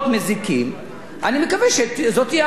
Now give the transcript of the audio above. אני מקווה שזאת תהיה החבילה האחרונה.